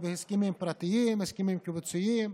בהסכמים פרטיים או בהסכמים קיבוציים.